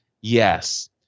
yes